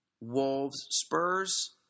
Wolves-Spurs